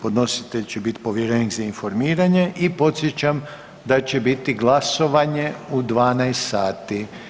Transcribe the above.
Podnositelj će biti povjerenik za informiranje i podsjećam da će biti glasovanje u 12 sati.